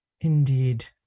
Indeed